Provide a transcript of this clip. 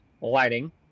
lighting